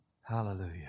Hallelujah